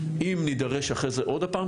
אם נדרש אחרי זה עוד הפעם,